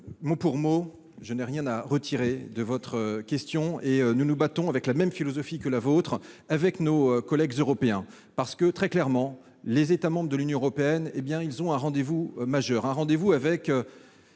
mot pour mot, je n'ai rien à retirer de votre question. Nous nous battons avec la même philosophie que la vôtre avec nos collègues européens. Très clairement, les États membres de l'Union européenne ont un rendez-vous majeur avec